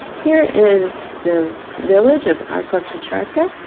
here is the village of arqua petrarca,